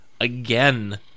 Again